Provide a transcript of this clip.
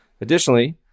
Additionally